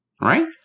right